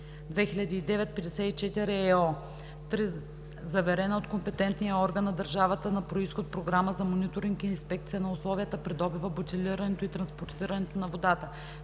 заверена от компетентния орган на държавата на произход програма за мониторинг и инспекция на условията при добива, бутилирането и транспортирането на водата;